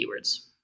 keywords